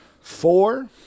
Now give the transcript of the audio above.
four